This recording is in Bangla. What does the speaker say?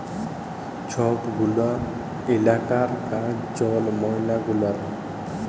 ছব গুলা ইলাকার কাজ জল, ময়লা গুলার